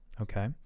okay